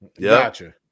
Gotcha